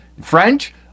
French